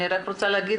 אני רוצה להגיד,